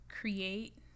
create